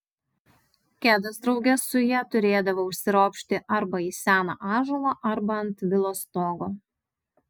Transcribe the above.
kedas drauge su ja turėdavo užsiropšti arba į seną ąžuolą arba ant vilos stogo